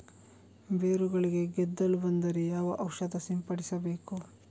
ಬೇರುಗಳಿಗೆ ಗೆದ್ದಲು ಬಂದರೆ ಯಾವ ಔಷಧ ಸಿಂಪಡಿಸಬೇಕು?